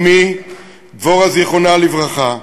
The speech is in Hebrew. אמי דבורה, זיכרונה לברכה,